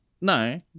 No